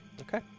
Okay